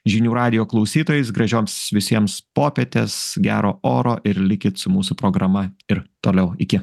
žinių radijo klausytojais gražioms visiems popietės gero oro ir likit su mūsų programa ir toliau iki